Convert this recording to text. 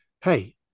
hey